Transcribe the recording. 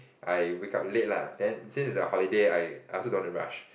I wake up late lah then since it's a holiday I I also don't want to rush